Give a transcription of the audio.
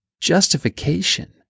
justification